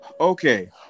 Okay